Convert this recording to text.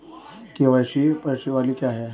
KYC प्रश्नावली क्या है?